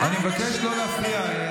אני מבקש לא להפריע.